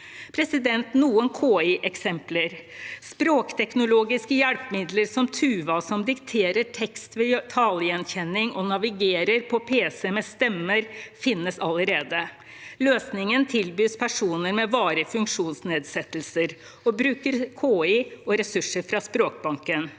hukommelse. Noen KI-eksempler: Språkteknologiske hjelpemidler, som Tuva, som dikterer tekst ved talegjenkjenning og gjør at man kan navigere på pc med stemmen, finnes allerede. Løsningen tilbys personer med varige funksjonsnedsettelser og bruker KI og ressurser fra Språkbanken.